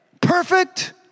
Perfect